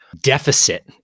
deficit